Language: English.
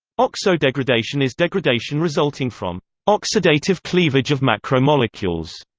oxo-degradation is degradation resulting from oxidative cleavage of macromolecules